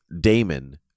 Damon